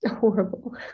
horrible